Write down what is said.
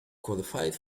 qualified